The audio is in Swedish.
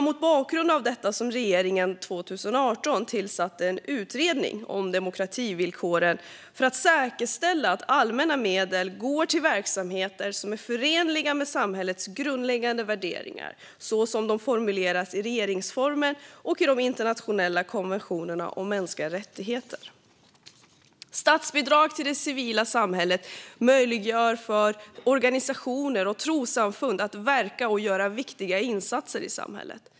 Mot bakgrund av detta tillsatte regeringen 2018 en utredning om demokrativillkoren, för att säkerställa att allmänna medel går till verksamheter som är förenliga med samhällets grundläggande värderingar så som de formuleras i regeringsformen och i de internationella konventionerna om mänskliga rättigheter. Statsbidrag till det civila samhället möjliggör för organisationer och trossamfund att verka och göra viktiga insatser i samhället.